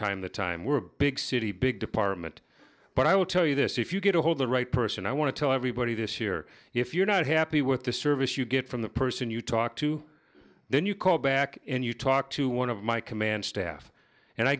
time to time we're big city big department but i will tell you this if you get ahold the right person i want to tell everybody this year if you're not happy with the service you get from the person you talk to then you call back and you talk to one of my command staff and i